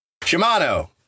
shimano